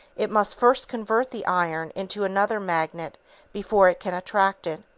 it must first convert the iron into another magnet before it can attract it.